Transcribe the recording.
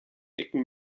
ecken